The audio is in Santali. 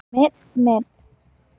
ᱢᱮᱫ ᱢᱮᱫ